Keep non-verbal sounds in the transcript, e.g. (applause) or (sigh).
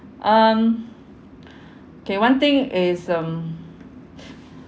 um (noise) okay one thing is um